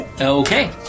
Okay